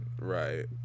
Right